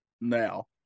Now